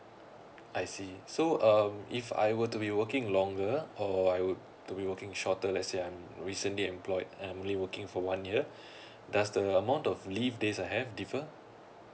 I see so um if I were to be working longer or I would to be working shorter let's say I'm recently employed I'm only working for one year does the amount of leave these I have differ